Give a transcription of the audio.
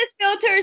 filters